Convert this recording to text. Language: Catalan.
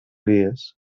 dies